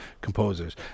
composers